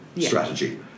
strategy